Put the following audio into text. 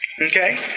Okay